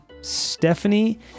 Stephanie